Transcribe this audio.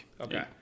Okay